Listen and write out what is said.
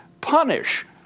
punish